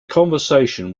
conversation